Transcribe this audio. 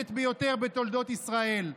המושחתת ביותר בתולדות ישראל.